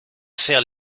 faire